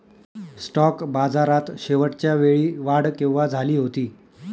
Stock बाजारात शेवटच्या वेळी वाढ केव्हा झाली होती?